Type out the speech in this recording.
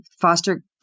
foster